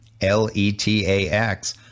L-E-T-A-X